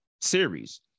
series